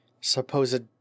supposed